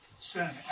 sin